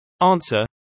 Answer